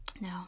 No